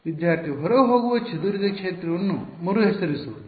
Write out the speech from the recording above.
ವಿದ್ಯಾರ್ಥಿ ಹೊರಹೋಗುವ ಚದುರಿದ ಕ್ಷೇತ್ರವನ್ನು ಮರುಹೆಸರಿಸುವುದು